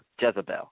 Jezebel